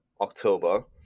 October